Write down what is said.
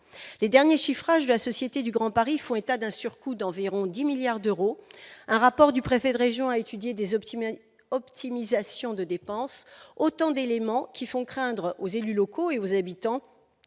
Les derniers chiffrages de la Société du Grand Paris font état d'un surcoût d'environ 10 milliards d'euros, tandis qu'un rapport du préfet de région évoque des optimisations de dépenses : autant d'éléments faisant craindre aux élus locaux et aux habitants